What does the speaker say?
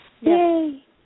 Yay